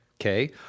okay